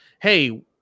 hey